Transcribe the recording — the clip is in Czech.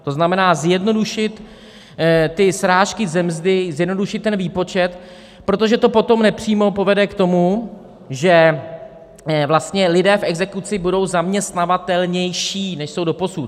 To znamená zjednodušit ty srážky ze mzdy, zjednodušit ten výpočet, protože to potom nepřímo povede k tomu, že vlastně lidé v exekuci budou zaměstnavatelnější, než jsou doposud.